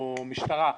או משטרה.